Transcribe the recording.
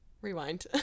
rewind